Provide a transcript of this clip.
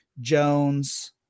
Jones